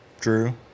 Drew